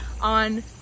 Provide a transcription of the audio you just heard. on